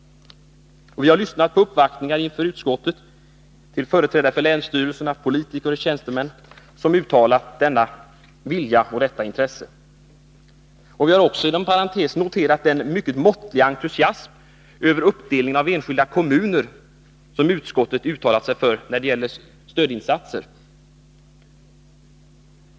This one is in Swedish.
Vi har vid uppvaktningar inför utskottet lyssnat till företrädare för länsstyrelserna, politiker och tjänstemän som uttalat detta intresse och denna vilja. Vi har också, inom parentes sagt, noterat den måttliga entusiasmen för uppdelningen av enskilda kommuner som utskottet uttalat sig för när det gäller stödinsatser.